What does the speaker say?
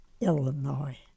Illinois